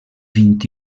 vint